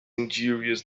injurious